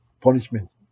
punishment